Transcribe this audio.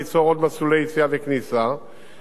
המסקנה היא שכרגע, בשלב הזה,